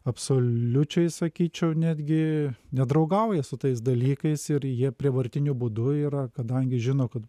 absoliučiai sakyčiau netgi nedraugauja su tais dalykais ir jie prievartiniu būdu yra kadangi žino kad